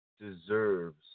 deserves